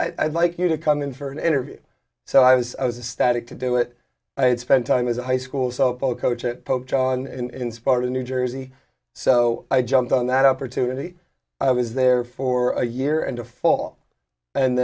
all i'd like you to come in for an interview so i was a static to do it i had spent time as a high school softball coach at pope john in sparta new jersey so i jumped on that opportunity i was there for a year and a fall and